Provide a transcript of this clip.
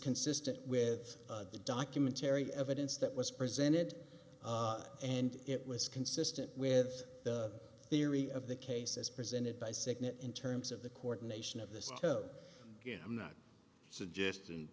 consistent with the documentarian evidence that was presented and it was consistent with the theory of the case as presented by sickness in terms of the court nation of this again i'm not suggesting